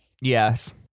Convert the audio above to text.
yes